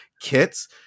kits